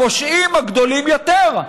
לפושעים הגדולים יותר,